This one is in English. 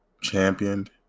championed